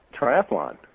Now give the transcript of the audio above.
triathlon